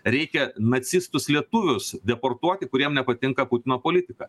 reikia nacistus lietuvius deportuoti kuriem nepatinka putino politika